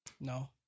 No